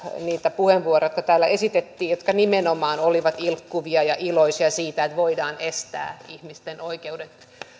puheenvuoroja jotka täällä esitettiin ja jotka nimenomaan olivat ilkkuvia ja iloisia siitä että voidaan estää ihmisten oikeuksia